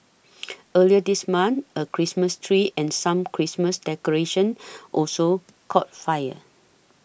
earlier this month a Christmas tree and some Christmas decorations also caught fire